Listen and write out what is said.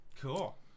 Cool